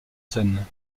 scène